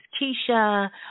Keisha